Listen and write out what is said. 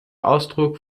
ausdruck